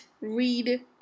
read